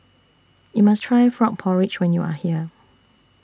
YOU must Try Frog Porridge when YOU Are here